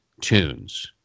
tunes